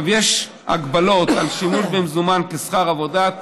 יש הגבלות על שימוש במזומן בשכר עבודה,